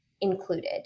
included